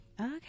Okay